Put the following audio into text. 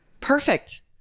Perfect